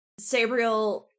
Sabriel